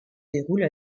déroule